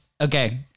Okay